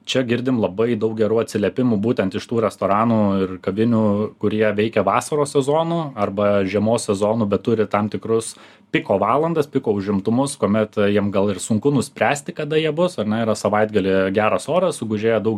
čia girdim labai daug gerų atsiliepimų būtent iš tų restoranų kavinių kurie veikia vasaros sezonu arba žiemos sezonu bet turi tam tikrus piko valandas piko užimtumus kuomet jiem gal ir sunku nuspręsti kada jie bus ar ne yra savaitgalį geras oras sugužėjo daug